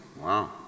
wow